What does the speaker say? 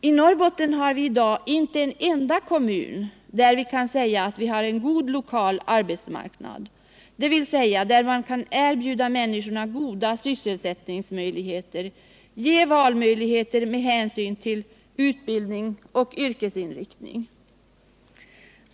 I Norrbotten har vi i dag inte en enda kommun som kan sägas ha en god lokal arbetsmarknad, dvs. där man kan erbjuda människorna god sysselsättning samt ge valmöjligheter med hänsyn till utbildning och yrkesinriktning.